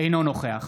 נוכח